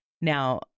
now